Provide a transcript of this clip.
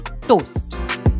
toast